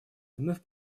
вновь